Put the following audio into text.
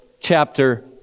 chapter